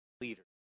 leader